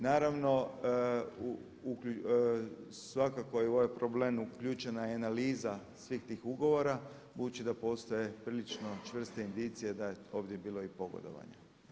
Naravno svakako je u ovaj problem uključena i analiza svih tih ugovora budući da postoje prilično čvrste indicije da je ovdje bilo i pogodovanja.